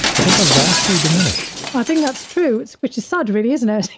i think are vastly diminished. i think that's true. it's which is sad, really, isn't it.